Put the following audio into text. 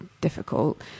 difficult